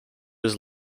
his